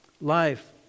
life